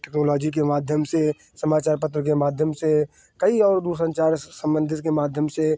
technology के माध्यम से समाचार पत्र के माध्यम से कई और दूरसँचार सम्बन्ध के माध्यम से